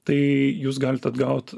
tai jūs galit atgaut